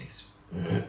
makes